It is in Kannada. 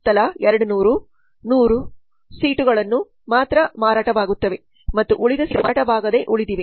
ತಲಾ 200 100 ಸೀಟು ಗಳು ಮಾತ್ರ ಮಾರಾಟವಾಗುತ್ತವೆ ಮತ್ತು ಉಳಿದ ಸೀಟು ಗಳು ಮಾರಾಟವಾಗದೆ ಉಳಿದಿವೆ